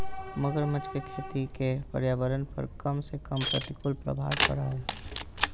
मगरमच्छ के खेती के पर्यावरण पर कम से कम प्रतिकूल प्रभाव पड़य हइ